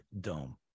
Dome